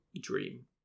dream